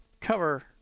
cover